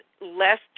less